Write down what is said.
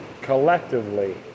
collectively